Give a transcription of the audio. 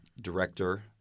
director